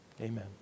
amen